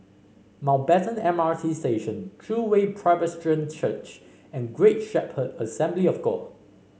Mountbatten M R T Station True Way Presbyterian Church and Great Shepherd Assembly of God